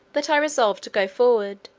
that i resolved to go forward,